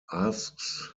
asks